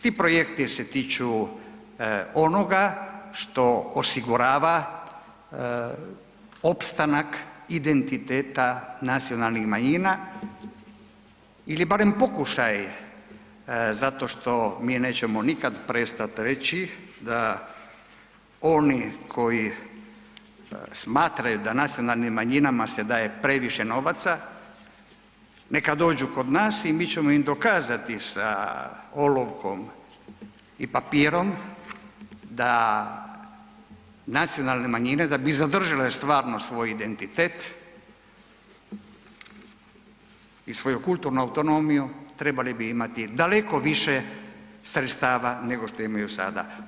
Ti projekti se tiču onoga što osigurava opstanak identiteta nacionalnih manjina ili barem pokušaj zato što mi nećemo nikad prestat reći da oni koji smatraju da nacionalnim manjinama se daje previše novaca neka dođu kod nas i mi ćemo im dokazati sa olovkom i papirom da nacionalne manjine da bi zadržale stvarno svoj identitet i svoju kulturnu autonomiju, trebali bi imati daleko više sredstava nego što imaju sada.